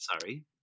Sorry